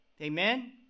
Amen